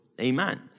amen